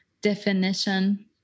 definition